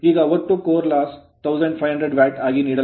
ಈಗ ಒಟ್ಟು core loss core ನಷ್ಟವನ್ನು 1500 ವ್ಯಾಟ್ ಆಗಿ ನೀಡಲಾಗುತ್ತದೆ